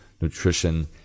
nutrition